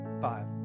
five